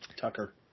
Tucker